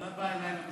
אבל את באה אליי,